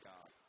God